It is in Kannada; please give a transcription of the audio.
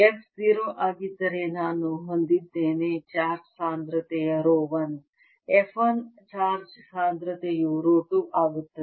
f 0 ಆಗಿದ್ದರೆ ನಾನು ಹೊಂದಿದ್ದೇನೆ ಚಾರ್ಜ್ ಸಾಂದ್ರತೆ ರೋ 1 f 1 ಆಗಿದ್ದರೆ ಚಾರ್ಜ್ ಸಾಂದ್ರತೆಯು ರೋ 2 ಆಗುತ್ತದೆ